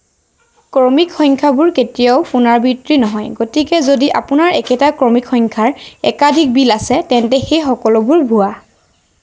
ক্ৰমিক সংখ্যাবোৰ কেতিয়াও পুনৰাবৃত্তি নহয় গতিকে যদি আপোনাৰ একেটা ক্ৰমিক সংখ্যাৰ একাধিক বিল আছে তেন্তে সেই সকলোবোৰ ভুৱা